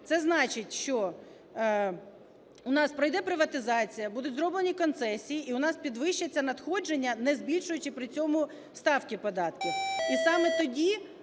Це значить, що у нас пройде приватизація, будуть зроблені концесії і у нас підвищаться надходження, не збільшуючи при цьому ставки податків.